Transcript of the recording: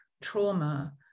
trauma